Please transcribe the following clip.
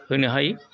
होनो हायो